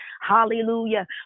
hallelujah